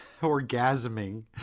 orgasming